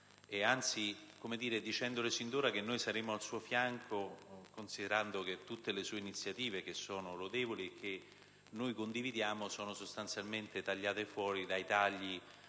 anzi, le dico sin d'ora che saremo al suo fianco, considerando che tutte le sue iniziative - che sono lodevoli e che condividiamo - sono sostanzialmente azzerate dai tagli